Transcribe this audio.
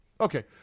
Okay